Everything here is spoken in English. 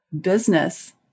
business